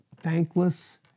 thankless